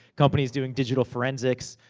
companies doing digital forensics,